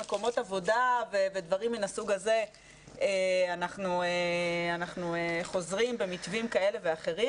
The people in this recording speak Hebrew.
מקומות עבודה ודברים מהסוג הזה אנחנו חוזרים במתווים כאלה ואחרים